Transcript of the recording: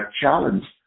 challenge